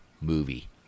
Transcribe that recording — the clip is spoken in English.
movie